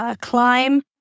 climb